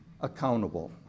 accountable